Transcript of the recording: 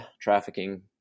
trafficking